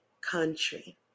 country